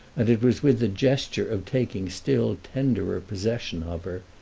and it was with the gesture of taking still tenderer possession of her,